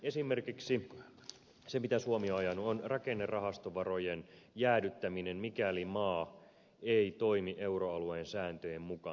esimerkiksi se mitä suomi on ajanut on rakennerahastovarojen jäädyttäminen mikäli maa ei toimi euroalueen sääntöjen mukaan